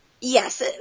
Yes